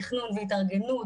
תכנון והתארגנות,